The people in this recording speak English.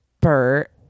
Bert